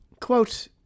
Quote